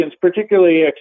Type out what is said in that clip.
particularly